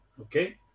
okay